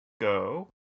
go